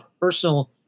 personal